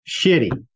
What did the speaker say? Shitty